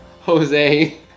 Jose